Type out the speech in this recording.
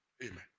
Amen